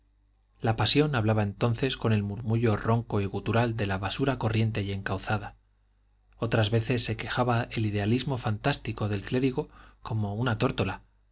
la pasión hablaba entonces con el murmullo ronco y gutural de la basura corriente y encauzada otras veces se quejaba el idealismo fantástico del clérigo como una tórtola